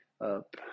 up